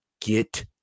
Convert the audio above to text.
Get